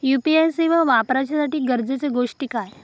UPI सेवा वापराच्यासाठी गरजेचे गोष्टी काय?